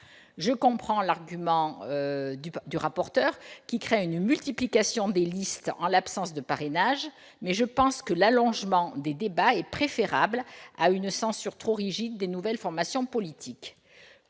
Je comprends l'argument invoqué par M. le rapporteur, qui craint une multiplication des listes, en l'absence de parrainages. Toutefois, à mon sens, l'allongement des débats est préférable à une censure trop rigide des nouvelles formations politiques.